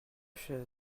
chaises